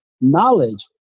knowledge